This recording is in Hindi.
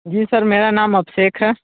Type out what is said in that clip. जी सर मेरा नाम अभिषेक है